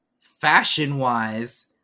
fashion-wise